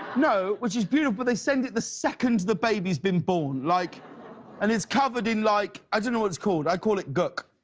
no, which is beautiful, they send it the second the baby has been born, like and it's covered in like, i don't know what it is called. i call it gook,